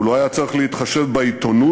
הוא לא היה צריך להתחשב בעיתונות